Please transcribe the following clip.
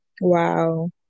Wow